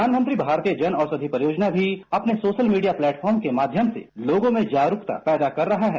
प्रधानमंत्री भारतीय जन औषधि परियोजना भी अपने सोशल मीडिया प्लेटफार्म के माध्यम से लोगों में जागरूकता पैदा कर रहा है